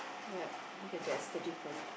yup the that's the different